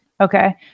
okay